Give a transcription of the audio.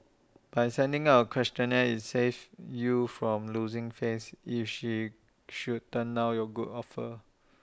by sending out A questionnaire IT saves you from losing face if she should turn down your good offer